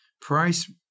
Price